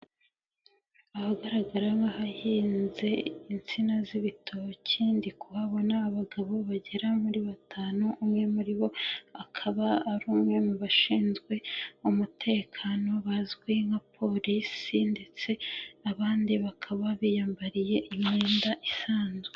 Ahagaragara nk'ahahinze insina z'ibitoki ndi kuhabona abagabo bagera muri batanu, umwe muri bo akaba ari umwe mu bashinzwe umutekano bazwi nka polisi ndetse abandi bakaba biyambariye imyenda isanzwe.